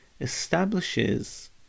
establishes